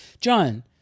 John